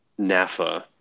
NAFA